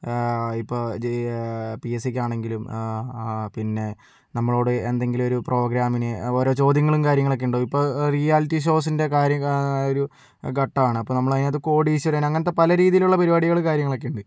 ഇപ്പോൾ P A സിക്കാണെങ്കിലും പിന്നെ നമ്മളോട് എന്തെങ്കിലും ഒരു പ്രോഗ്രാമിന് ഓരോ ചോദ്യങ്ങളും കാര്യങ്ങളൊക്കെയുണ്ടാവും ഇപ്പോൾ റിയാലിറ്റി ഷോസിന്റെ ഒരു ഘട്ടമാണ് അപ്പോൾ നമ്മളതിനകത്ത് കോടീശ്വരൻ അങ്ങനത്തെ പല രീതിയിലുള്ള പരിപാടികൾ കാര്യങ്ങളൊക്കെ ഉണ്ട്